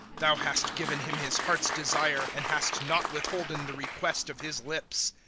thou hast given him his heart's desire, and hast not withholden the request of his lips.